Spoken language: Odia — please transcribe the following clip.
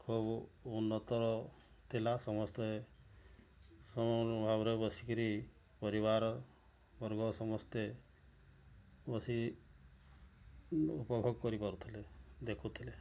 ସବୁ ଉନ୍ନତର ଥିଲା ସମସ୍ତେ ସମାନ ଭାବରେ ବସିକିରି ପରିବାର ବର୍ଗ ସମସ୍ତେ ବସି ଉପଭୋଗ କରିପାରୁଥିଲେ ଦେଖୁଥିଲେ